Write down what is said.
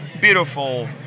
beautiful